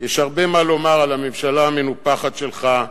יש הרבה מה לומר על הממשלה המנופחת שלך,